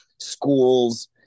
schools